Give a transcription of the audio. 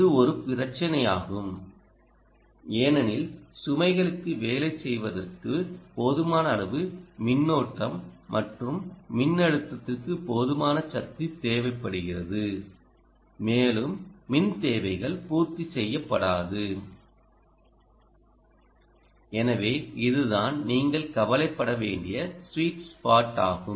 இது ஒரு பிரச்சினையாகும் ஏனெனில் சுமைகளுக்கு வேலை செய்வதற்கு போதுமான அளவு மின்னோட்டம் மற்றும் மின்னழுத்தத்திற்கு போதுமான சக்தி தேவைப்படுகிறது மேலும் மின் தேவைகள் பூர்த்தி செய்யப்படாது எனவே இதுதான் நீங்கள் கவலைப்பட வேண்டிய ஸ்வீட் ஸ்பாட் ஆகும்